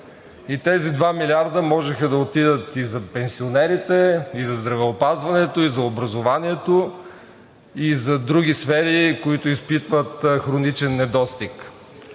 Тези 2 милиарда можеха да отидат и за пенсионерите, и за здравеопазването, и за образованието, и за други сфери, които изпитват хроничен недостиг.